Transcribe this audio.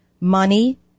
money